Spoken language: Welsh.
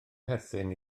perthyn